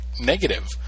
negative